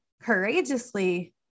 courageously